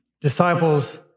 disciples